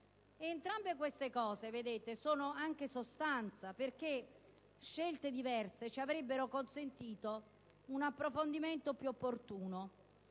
entrambe queste cose sono sostanza, perché scelte diverse avrebbero consentito un approfondimento più opportuno,